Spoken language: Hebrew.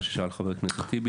מה ששאל חבר הכנסת טיבי.